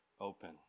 open